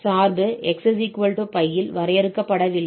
சார்பு xπ இல் வரையறுக்கப்படவில்லை